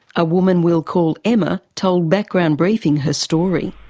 a woman we'll call emma told background briefing her story.